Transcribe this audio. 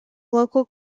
local